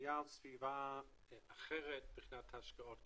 בנויים על ספירה אחרת בשנת ההשקעות,